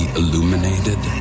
illuminated